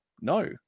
no